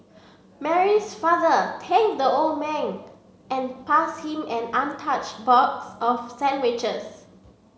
Mary's father the old man and passed him an untouched box of sandwiches